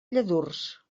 lladurs